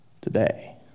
today